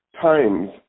times